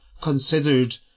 considered